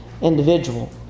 individual